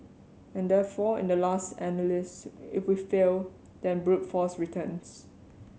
and therefore in the last analysis if we fail then brute force returns